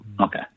Okay